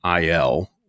IL